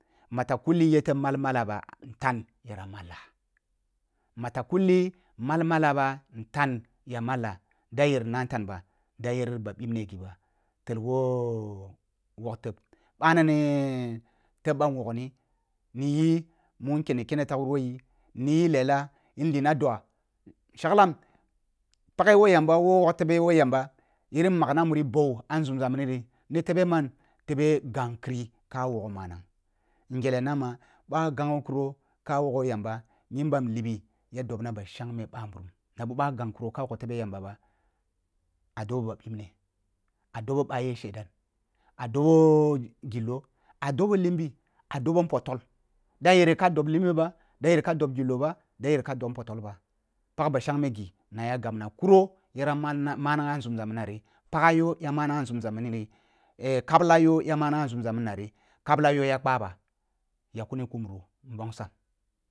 Matakulli yete mal mala ba ntan yara mallan – matakulli, malmala ba ntan ya mallah da yer nnantan ba dayer ba bibne ghi ba tel woh wog teb ɓa nini teb bah nungni miyi mun keni kone woh yi niyi lela nlina duwa nshaglam paghe woh yamba woh wogh tighe yamba yirin magna mura boh ah nzumza mini nari ni tebe man teb gan krik ka wogh manag ngel ya na ma bah ghangho kro ka wogh yamba nyimbam libi ya dobna ba shangme ɓa nburum na boh bah gan kro ka wog tebe yamba ba ah dobo ba bibne ah dobo ɓah ye shedan ah dobo gillo ah dobo limbi ah dobo npotol da yere ka dob limbi ba da yer ka dob gillo ba da yere ka dob npotol ba pag ba shangme ghi na ya gabna kure yara mal na manang ah nzumza mini ni kabla yoh ya mannang ah nzumza mini nari kabla yoh ya kpa ba yakuni ku muro nbongsam.